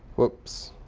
oops